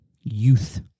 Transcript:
youth